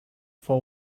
for